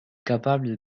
capable